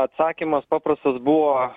atsakymas paprastas buvo